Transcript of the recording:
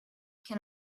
can